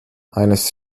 eines